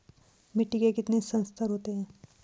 मिट्टी के कितने संस्तर होते हैं?